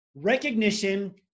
recognition